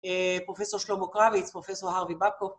פרופסור שלמה קרביץ, פרופסור הרווי בקו